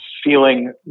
feeling